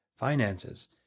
Finances